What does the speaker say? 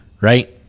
right